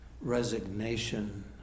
resignation